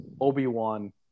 Obi-Wan